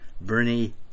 Bernie